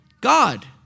God